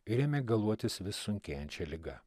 ir ėmė galuotis vis sunkėjančia liga